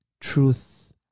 truth